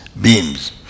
beams